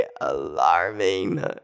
alarming